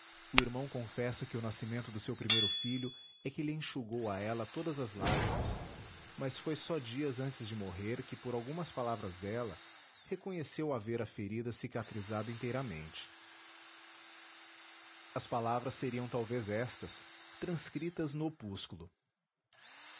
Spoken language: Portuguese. o irmão confessa que o nascimento do seu primeiro filho é que lhe enxugou a ela todas as lágrimas mas foi só dias antes de morrer que por algumas palavras dela reconheceu haver a ferida cicatrizado inteiramente as palavras seriam talvez estas transcritas no opúsculo